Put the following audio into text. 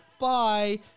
Bye